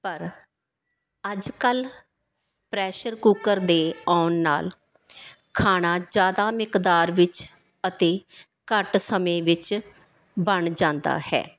ਪਰ ਅੱਜ ਕੱਲ੍ਹ ਪ੍ਰੈਸ਼ਰ ਕੁੱਕਰ ਦੇ ਆਉਣ ਨਾਲ਼ ਖਾਣਾ ਜ਼ਿਆਦਾ ਮਿਕਦਾਰ ਵਿੱਚ ਅਤੇ ਘੱਟ ਸਮੇਂ ਵਿੱਚ ਬਣ ਜਾਂਦਾ ਹੈ